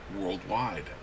worldwide